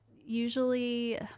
usually